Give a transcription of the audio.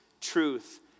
truth